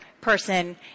person